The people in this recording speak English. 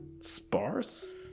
sparse